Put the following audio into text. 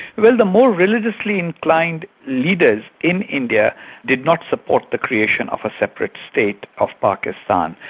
well the more religiously inclined leaders in india did not support the creation of a separate state of pakistan,